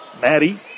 Maddie